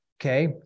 okay